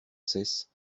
cesse